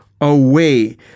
away